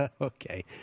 Okay